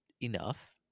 enough